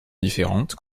différentes